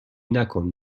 نکن